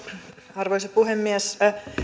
arvoisa puhemies